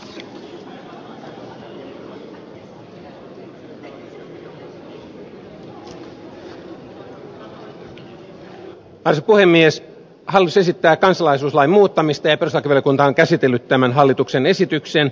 hallitus esittää kansalaisuuslain muuttamista ja perustuslakivaliokunta on käsitellyt tämän hallituksen esityksen